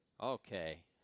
Okay